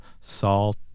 salt